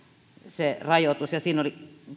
ja siinä oli